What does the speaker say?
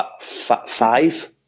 five